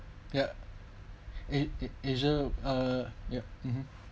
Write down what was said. yup a~ asia yup mmhmm